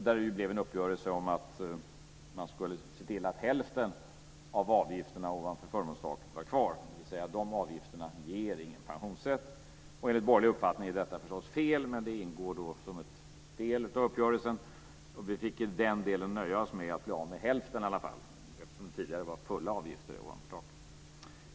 Där blev det en uppgörelse om att man skulle se till att hälften av avgifterna ovanför förmånstaket var kvar, dvs. de avgifterna ger ingen pensionsrätt. Enligt borgerlig uppfattning är detta förstås fel, men det ingår som en del av uppgörelsen. Vi fick i den delen nöja oss med att bli av med hälften, eftersom det tidigare var fulla avgifter ovanför taket.